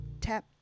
tap